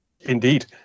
Indeed